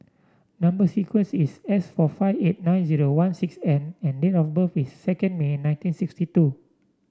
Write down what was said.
number sequence is S four five eight nine zero one six N and date of birth is second May nineteen sixty two